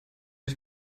ich